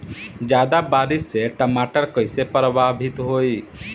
ज्यादा बारिस से टमाटर कइसे प्रभावित होयी?